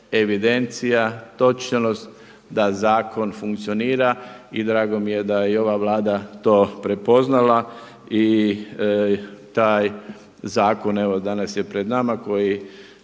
evidencija, točnost da zakon funkcionira i drago mi je da je i ova Vlada to prepoznala i taj zakon, evo danas je pred nama koji